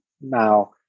Now